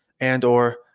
and/or